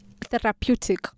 therapeutic